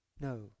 No